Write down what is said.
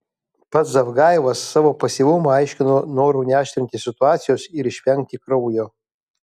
pats zavgajevas savo pasyvumą aiškino noru neaštrinti situacijos ir išvengti kraujo